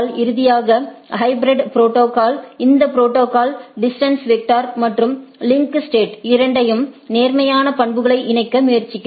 இறுதியாக hybrid protocol இந்த protocol distance vector மற்றும் லிங்க் ஸ்டேட் இரண்டின் நேர்மறையான பண்புகளை இணைக்க முயற்சிக்கிறது